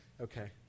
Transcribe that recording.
Okay